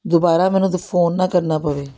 ਦੁਬਾਰਾ ਮੈਨੂੰ ਫ਼ੋਨ ਨਾ ਕਰਨਾ ਪਵੇ